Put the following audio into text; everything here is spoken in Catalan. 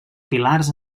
pilars